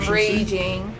raging